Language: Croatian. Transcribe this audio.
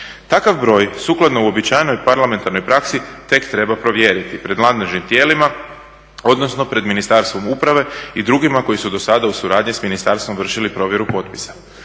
Takav broj sukladno uobičajenoj parlamentarnoj praksi tek treba provjeriti pred nadležnim tijelima, odnosno pred Ministarstvom uprave i drugima koji su dosada u suradnji sa ministarstvom vršili provjeru potpisa.